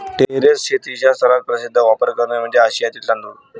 terrace शेतीचा सर्वात प्रसिद्ध वापर म्हणजे आशियातील तांदूळ